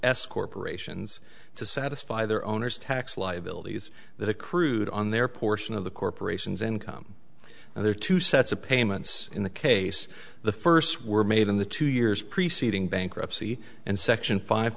s corporations to satisfy their owners tax liabilities that accrued on their portion of the corporation's income and there are two sets of payments in the case the first were made in the two years preceding bankruptcy and section five